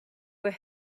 were